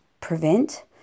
prevent